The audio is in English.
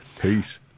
Peace